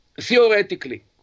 theoretically